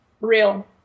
real